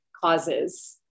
causes